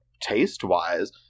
taste-wise